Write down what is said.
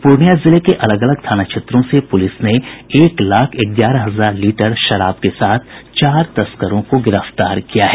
पूर्णिया जिले के अलग अलग थानों क्षेत्रों से पुलिस ने एक लाख ग्यारह हजार लीटर शराब के साथ चार तस्करों को गिरफ्तार किया है